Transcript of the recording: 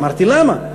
אמרתי: למה?